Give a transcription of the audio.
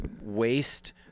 waste